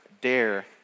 dare